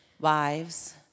wives